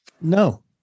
No